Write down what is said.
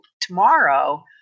tomorrow